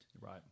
right